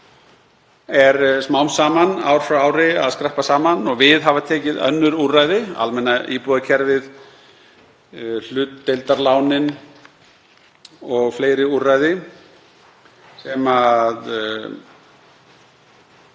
er smám saman, ár frá ári, að skreppa saman og við hafa tekið önnur úrræði, almenna íbúðakerfið, hlutdeildarlánin og fleiri úrræði, sem